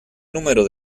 número